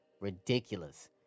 ridiculous